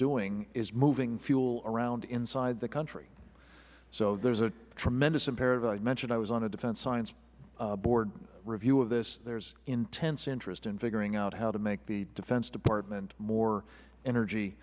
doing is moving fuel around inside the country so there is a tremendous imperative i mentioned i was on the defense science board's review of this there is intense interest in figuring out how to make the defense department more energy